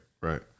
Right